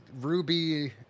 Ruby